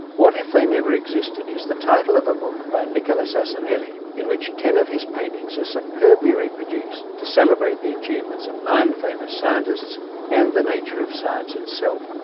what if they never existed? is the title of a book by nicola sasanelli in which ten of his paintings are superbly reproduced to celebrate the achievements of nine famous scientists and the nature of science itself.